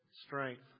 Strength